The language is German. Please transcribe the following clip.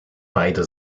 beide